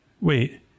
wait